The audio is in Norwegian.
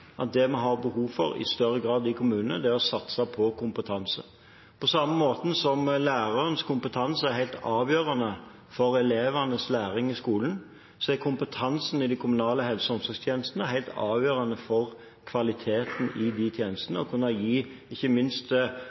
at det vi i større grad har behov for i kommunene, er å satse på kompetanse. På samme måte som lærerens kompetanse er helt avgjørende for elevenes læring i skolen, er kompetansen i de kommunale helse- og omsorgstjenestene helt avgjørende for kvaliteten på de tjenestene – ikke minst for å kunne gi